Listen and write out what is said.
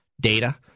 data